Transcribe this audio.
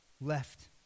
left